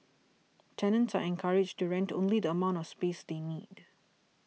tenants are encouraged to rent only the amount of space they need